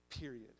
Period